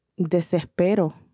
desespero